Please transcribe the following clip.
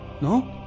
No